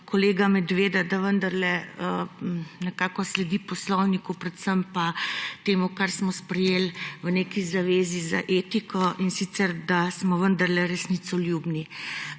kolega Medveda, da vendarle nekako sledi poslovniku, predvsem pa temu, kar smo sprejeli v neki zavezi z etiko, in sicer da smo vendarle resnicoljubni.